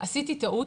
"עשיתי טעות,